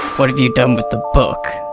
what have you done with the book?